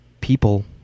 people